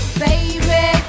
baby